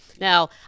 Now